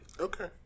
Okay